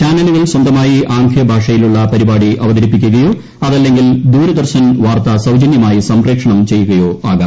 ചാനലുകൾ സ്വന്തമായി ആംഗ്യഭാഷയിലുള്ള പരിപാടി അവതരിപ്പിക്കുകയോ അതല്ലെങ്കിൽ ദൂരദർശൻ വാർത്ത സൌജന്യമായി സംപ്രേക്ഷണം ചെയ്യുകയോ ആകാം